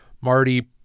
Marty